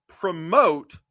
promote